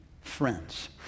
friends